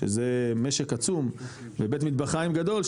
שזה משק עצום ובית מטבחיים גדול,